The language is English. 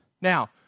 Now